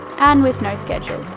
and with no schedule.